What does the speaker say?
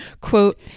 quote